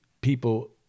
people